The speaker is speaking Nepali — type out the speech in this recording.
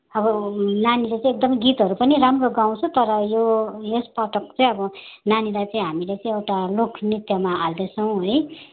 अब नानीले चाहिँ एकदमै गीतहरू पनि राम्रो गाउँछ तर यो यसपटक चाहिँ अब नानीलाई चाहिँ हामीले चाहिँ एउटा लोकनृत्यमा हाल्दैछौँ है